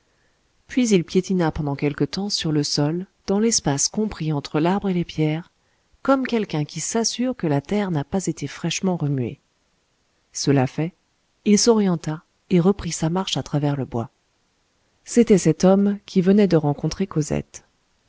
puis il piétina pendant quelque temps sur le sol dans l'espace compris entre l'arbre et les pierres comme quelqu'un qui s'assure que la terre n'a pas été fraîchement remuée cela fait il s'orienta et reprit sa marche à travers le bois c'était cet homme qui venait de rencontrer cosette